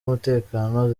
umutekano